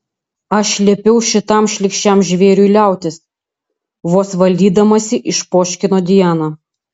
aš liepiau šitam šlykščiam žvėriui liautis vos valdydamasi išpoškino diana